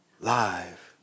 live